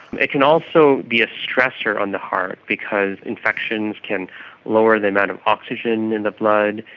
it can also be a stressor on the heart because infections can lower the amount of oxygen in the blood,